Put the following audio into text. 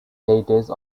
heritage